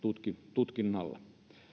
tutkinnalla